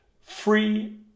free